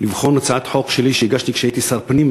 לבחון הצעת חוק שלי שהגשתי כשהייתי שר פנים,